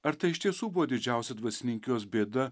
ar tai iš tiesų buvo didžiausia dvasininkijos bėda